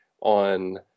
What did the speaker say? on